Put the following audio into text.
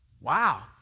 Wow